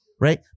Right